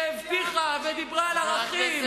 שהבטיחה ודיברה על ערכים,